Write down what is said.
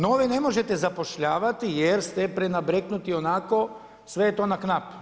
Nove ne možete zapošljavati jer ste prenabreknuti onako sve je to na knap.